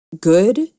good